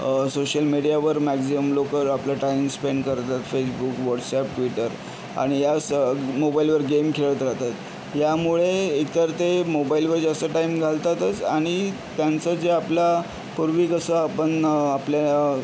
social मीडियावर maximum लोकं आपला टाइम स्पेंड करतात फेसबुक व्हॉटस् ॲप ट्विटर आणि ह्या स मोबाइलवर गेम खेळत राहतात यामुळे एकतर ते मोबाइलवर जास्त टाइम घालतातच आणि त्यांचं जे आपला पूर्वी कसं आपण आपल्या